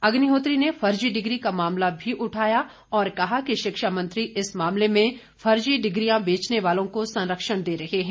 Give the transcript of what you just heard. अग्निहोत्री ने फर्जी डिग्री का मामला भी उठाया और कहा कि शिक्षा मंत्री इस मामले में फर्जी डिग्रियां बेचने वालों को संरक्षण दे रहे हैं